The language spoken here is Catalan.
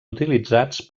utilitzats